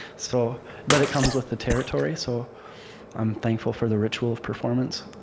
so but it comes with the territory, so i'm thankful for the ritual of performance